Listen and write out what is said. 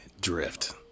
drift